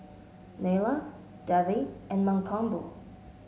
Neila Devi and Mankombu